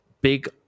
big